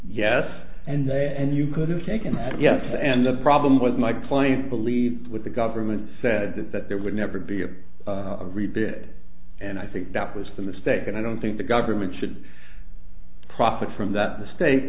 yes and they and you could have taken yes and the problem was my client believed with the government said that that there would never be a rebid and i think that was for a mistake and i don't think the government should profit from that mistake